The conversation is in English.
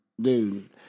dude